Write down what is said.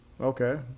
Okay